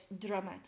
dramatic